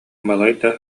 балайда